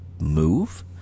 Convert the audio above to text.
move